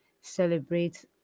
celebrate